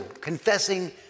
confessing